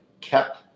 kept